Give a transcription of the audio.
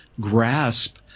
grasp